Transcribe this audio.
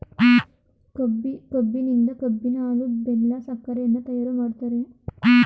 ಕಬ್ಬಿನಿಂದ ಕಬ್ಬಿನ ಹಾಲು, ಬೆಲ್ಲ, ಸಕ್ಕರೆಯನ್ನ ತಯಾರು ಮಾಡ್ತರೆ